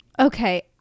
Okay